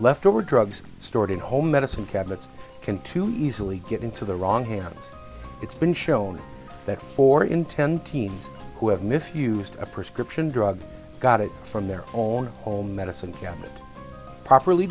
leftover drugs stored in home medicine cabinets can too easily get into the wrong hands it's been shown that four in ten teams who have misused a prescription drug got it from their own all medicine cabinet properly